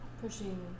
pushing